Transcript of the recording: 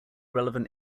relevant